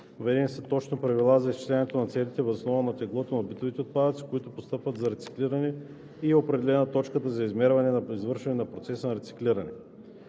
Въведени са точни правила за изчисляването на целите въз основа на теглото на битовите отпадъци, които постъпват за рециклиране, и е определена точката за измерване на извършването на процеса на рециклиране.